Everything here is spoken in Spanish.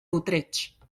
utrecht